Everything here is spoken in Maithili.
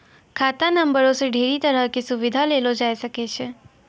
खाता नंबरो से ढेरी तरहो के सुविधा लेलो जाय सकै छै